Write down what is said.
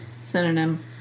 synonym